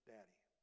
Daddy